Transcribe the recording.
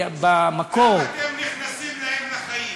למה אתם נכנסים להם לחיים?